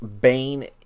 Bane